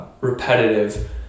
repetitive